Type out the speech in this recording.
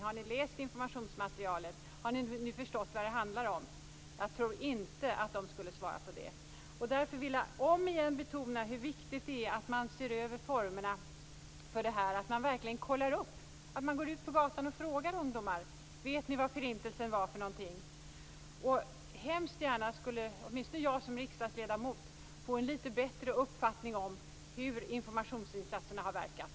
Har ni läst informationsmaterialet? Har ni nu förstått vad det handlar om?, tror jag inte att de skulle svara ja på det. Jag vill därför återigen betona hur viktigt det är att man ser över formerna för detta och verkligen kontrollerar hur det är, att man går ut på gatan och frågar ungdomar: Vet ni vad Förintelsen var för någonting? Jag skulle som riksdagsledamot hemskt gärna vilja få en litet bättre uppfattning om hur informationsinsatserna har verkat.